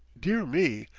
dear me!